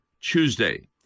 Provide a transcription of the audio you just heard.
Tuesday